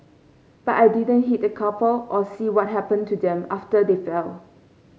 but I didn't hit the couple or see what happened to them after they fell